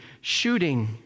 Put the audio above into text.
shooting